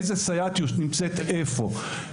איזה סייעת נמצאת איפה.